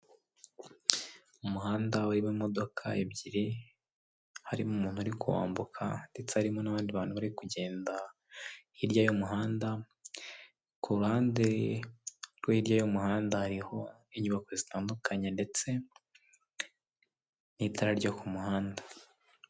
Umuhanda urimo imodoka ebyiri, harimo umuntu uri kuwambuka, ndetse harimo n'abandi bantu bari kugenda hirya y'umuhanda, ku ruhande rwo hirya y'umuhanda hariho inyubako zitandukanye ndetse n'itara ryo ku muhanda.